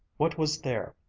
what was there,